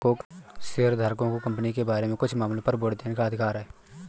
शेयरधारकों को कंपनी के बारे में कुछ मामलों पर वोट देने का अधिकार है